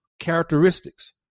characteristics